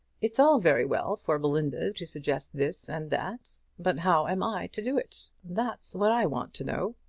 it's all very well for belinda to suggest this and that. but how am i to do it? that's what i want to know.